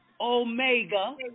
Omega